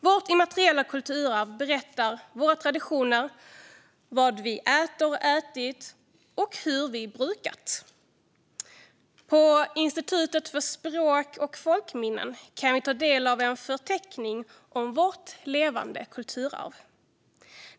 Vårt immateriella kulturarv berättar om våra traditioner, vad vi äter och ätit och hur vi brukat. På Institutet för språk och folkminnen kan vi ta del av en förteckning över vårt levande kulturarv.